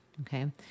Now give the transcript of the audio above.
okay